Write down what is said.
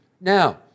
Now